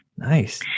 nice